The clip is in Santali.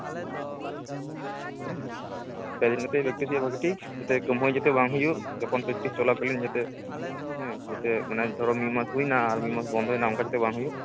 ᱦᱩᱸ ᱯᱮ ᱫᱤᱱ ᱠᱟᱛᱮ ᱯᱮᱠᱴᱤᱥ ᱦᱩᱭᱩᱜᱼᱟ ᱵᱷᱟᱜᱮᱴᱷᱤᱠ ᱢᱤᱫᱴᱟᱱ ᱦᱚᱸ ᱠᱟᱹᱢᱦᱟᱹᱭ ᱡᱟᱛᱮ ᱵᱟᱝ ᱦᱩᱭᱩᱜ ᱡᱚᱠᱷᱚᱱ ᱯᱮᱠᱴᱤᱥ ᱪᱚᱞᱟᱠᱟᱞᱤᱱ ᱡᱟᱛᱮ ᱦᱩᱸ ᱡᱟᱛᱮ ᱢᱤᱫ ᱢᱟᱥ ᱦᱩᱭᱱᱟ ᱟᱨ ᱢᱤᱫ ᱢᱟᱥ ᱵᱚᱱᱫᱚᱭᱱᱟ ᱚᱱᱠᱟ ᱡᱟᱛᱮ ᱵᱟᱝ ᱦᱩᱭᱩᱜ